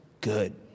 good